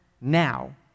now